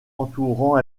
entourant